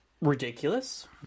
ridiculous